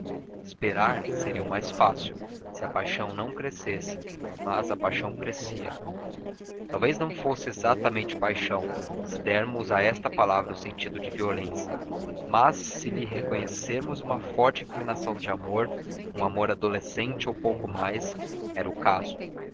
esperar seria o mais fácil se a paixão não crescesse mas a paixão crescia talvez não fosse exatamente paixão se dermos a esta palavra o sentido de violência mas se lhe reconhecermos uma forte inclinação de amor um amor adolescente ou pouco mais era o caso